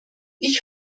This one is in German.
ich